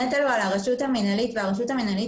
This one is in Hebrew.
הנטל הוא על הרשות המינהלית והרשות המינהלית